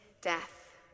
death